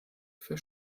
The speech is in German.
für